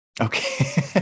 okay